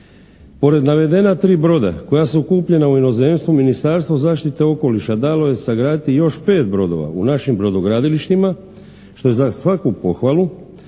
Pored navedena tri broda koja su kupljena u inozemstvu Ministarstvo zaštite okoliša dalo je sagraditi još pet brodova u našim brodogradilištima što je za svaku pohvalu.